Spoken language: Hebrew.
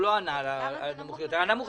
הוא לא עונה על הנמוך יותר.